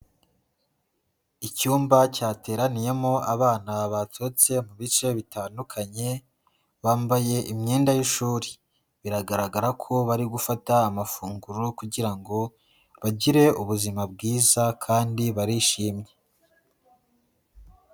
Icyumba cyateraniyemo abana baturutse mu bice bitandukanye bambaye imyenda y'ishuri, biragaragara ko bari gufata amafunguro kugira ngo bagire ubuzima bwiza kandi barishimye.